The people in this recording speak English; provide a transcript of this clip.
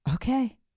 Okay